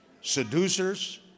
seducers